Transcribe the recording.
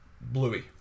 Bluey